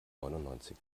neunundneunzig